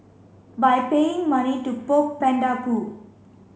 by paying money to poke panda poo